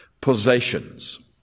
possessions